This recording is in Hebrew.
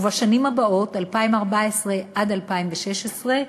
ובשנים הבאות, 2014 2016,